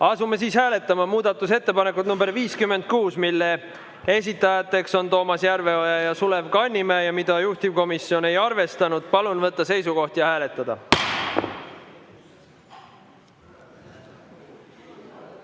asume hääletama muudatusettepanekut nr 56, mille on esitanud Toomas Järveoja ja Sulev Kannimäe ja mida juhtivkomisjon ei ole arvestanud. Palun võtta seisukoht ja hääletada!